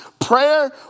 Prayer